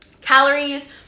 calories